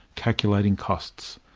calculating costs.